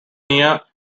near